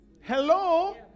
Hello